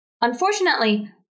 Unfortunately